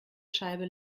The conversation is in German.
scheibe